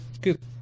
good